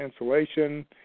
Insulation